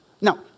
Now